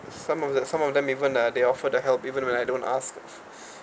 some of the some of them even uh they offer the help even when I don't ask